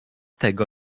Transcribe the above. tego